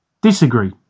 Disagree